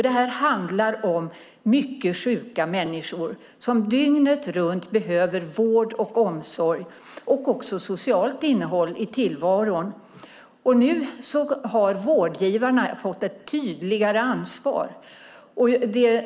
Det här handlar om mycket sjuka människor som dygnet runt behöver vård, omsorg och också socialt innehåll i tillvaron. Nu har vårdgivarna fått ett tydligare ansvar.